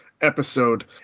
episode